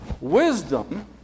Wisdom